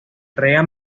rea